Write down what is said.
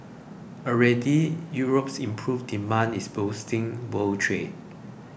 already Europe's improved demand is boosting world trade